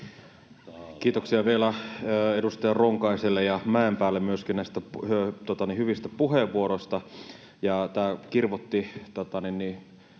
Kiitoksia vielä edustaja Ronkaiselle ja Mäenpäälle myöskin näistä hyvistä puheenvuoroista.